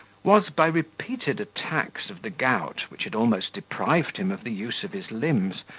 was, by repeated attacks of the gout, which had almost deprived him of the use of his limbs,